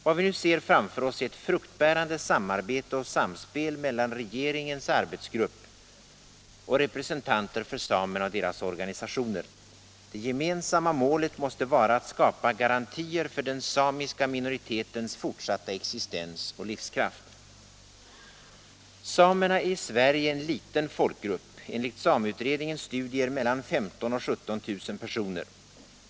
Vad vi nu ser framför oss är ett fruktbärande samarbete och samspel mellan regeringens arbetsgrupp och representanter för samerna och deras organisationer. Det gemensamma målet måste vara att skapa garantier för den samiska minoritetens fortsatta existens och livskraft. Samerna är i Sverige en liten folkgrupp, enligt sameutredningens studier mellan 15 000 och 17 000 personer.